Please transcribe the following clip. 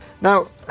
Now